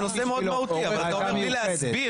זה נושא מאוד מהותי אבל אתה אומר בלי להסביר.